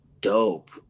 dope